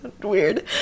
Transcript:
weird